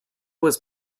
was